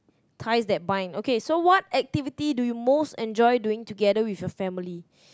ties that bind okay so what activity do you most enjoy doing together with your family